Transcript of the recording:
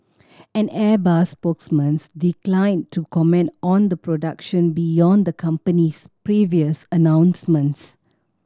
an Airbus spokesman's declined to comment on the production beyond the company's previous announcements